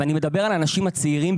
ואני מדבר בעיקר על אנשים צעירים